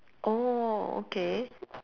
oh okay